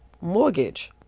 mortgage